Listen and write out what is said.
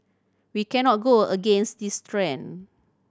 we cannot go against this trend